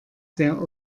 sehr